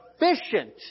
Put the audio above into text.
efficient